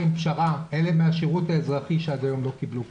אני מציע פשרה: אלה מהשירות האזרחי שעד היום לא קיבלו כסף.